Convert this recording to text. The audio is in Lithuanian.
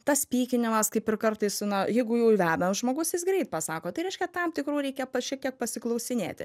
tas pykinimas kaip ir kartais na jeigu jau veda žmogus tai jis greit pasako tai reiškia tam tikrų reikia pa šiek tiek pasiklausinėti